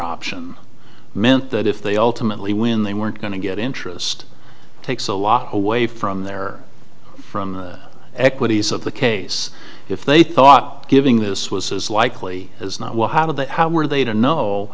option meant that if they ultimately win they weren't going to get interest takes a lot away from their from the equities of the case if they thought giving this was as likely as not well how did that how were they to know